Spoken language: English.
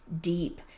deep